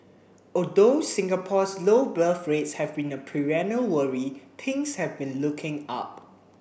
although Singapore's low birth rates have been a perennial worry things have been looking up